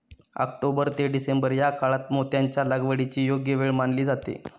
October ते December या काळात मोत्यांच्या लागवडीची योग्य वेळ मानली जाते